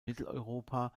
mitteleuropa